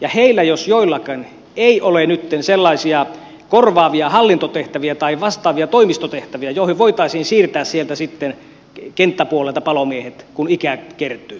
palomiehillä jos joillakin ei ole nyt sellaisia korvaavia hallintotehtäviä tai vastaavia toimistotehtäviä joihin heidät voitaisiin siirtää sieltä kenttäpuolelta kun ikää kertyy